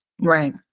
Right